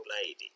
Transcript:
lady